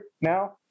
now